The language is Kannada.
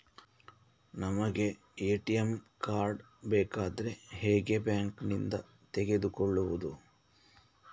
ನಮಗೆ ಎ.ಟಿ.ಎಂ ಕಾರ್ಡ್ ಬೇಕಾದ್ರೆ ಹೇಗೆ ಬ್ಯಾಂಕ್ ನಿಂದ ತೆಗೆದುಕೊಳ್ಳುವುದು?